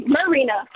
Marina